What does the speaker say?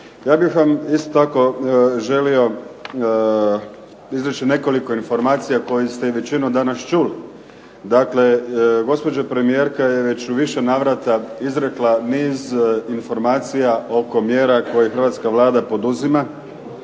Ja bih vam isto tako želio izreći nekoliko informacija koje ste i većinu danas čuli. Dakle, gospođa premijerka je već u više navrata izrekla niz informacija oko mjera koje hrvatska Vlada poduzima